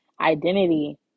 identity